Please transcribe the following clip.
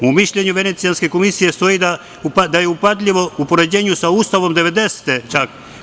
U mišljenju Venecijanske komisije stoji da je upadljivo u poređenju sa Ustavom 1990. godine čak.